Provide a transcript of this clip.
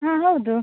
ಹಾಂ ಹೌದು